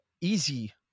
easy